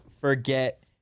forget